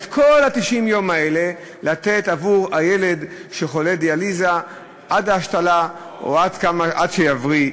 את כל 90 היום האלה לתת עבור הילד חולה דיאליזה עד ההשתלה או עד שיבריא,